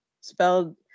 spelled